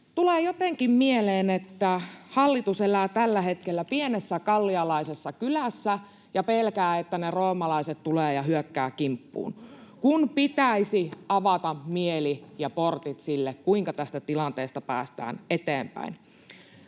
Tulee jotenkin mieleen, että hallitus elää tällä hetkellä pienessä gallialaisessa kylässä ja pelkää, että roomalaiset tulevat ja hyökkäävät kimppuun, kun pitäisi avata mieli ja portit sille, kuinka tästä tilanteesta päästään eteenpäin.